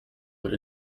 but